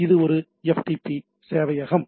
இது ஒரு FTP சேவையகம்